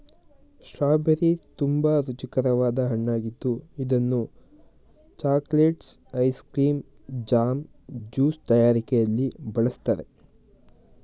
strawberry ತುಂಬಾ ರುಚಿಕರವಾದ ಹಣ್ಣಾಗಿದ್ದು ಇದನ್ನು chocolates, ice cream, jam, juice ತಯಾರಿಕೆಯಲ್ಲಿ ಬಳ್ಸತ್ತರೆ